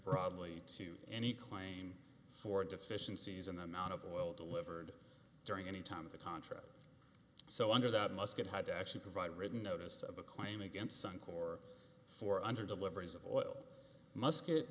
probably to any claim for deficiencies in the amount of oil delivered during any time of the contract so under that musket had to actually provide written notice of a claim against suncor for under deliveries of oil mus